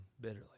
bitterly